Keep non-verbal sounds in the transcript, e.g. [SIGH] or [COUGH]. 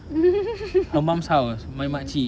[LAUGHS] mm